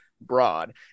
broad